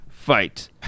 fight